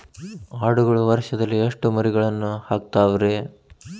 ಆಡುಗಳು ವರುಷದಲ್ಲಿ ಎಷ್ಟು ಮರಿಗಳನ್ನು ಹಾಕ್ತಾವ ರೇ?